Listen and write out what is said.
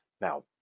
Now